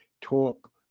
talk